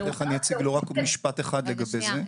ברשותך, אני אציג לו רק משפט אחד לגבי זה.